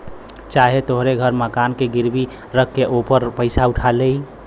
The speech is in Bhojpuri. चाहे तोहरे घर मकान के गिरवी रख के ओपर पइसा उठा लेई